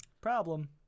problem